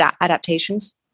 adaptations